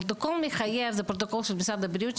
הדיון הוא לבקשת חברת הכנסת אורית פרקש